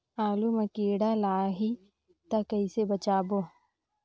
आलू मां कीड़ा लाही ता कइसे बचाबो?